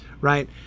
right